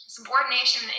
Subordination